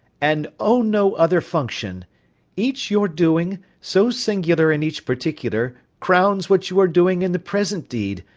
and own no other function each your doing, so singular in each particular, crowns what you are doing in the present deeds,